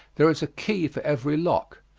there is a key for every lock.